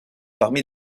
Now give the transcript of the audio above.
parmi